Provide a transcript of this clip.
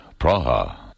Praha